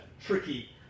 tricky